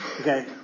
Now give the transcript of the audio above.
Okay